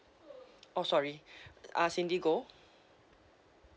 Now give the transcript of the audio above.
oh sorry uh cindy goh